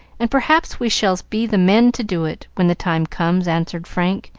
and perhaps we shall be the men to do it when the time comes, answered frank,